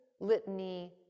litany